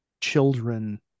children